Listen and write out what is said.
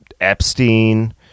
Epstein